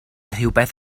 rhywbeth